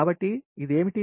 కాబట్టి ఇది ఏమిటి